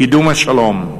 קידום השלום,